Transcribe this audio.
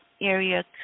area